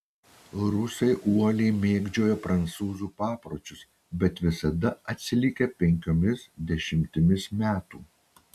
rusai uoliai mėgdžioja prancūzų papročius bet visada atsilikę penkiomis dešimtimis metų